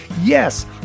Yes